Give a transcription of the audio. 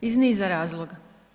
Iz niza razloga.